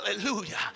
Hallelujah